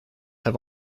have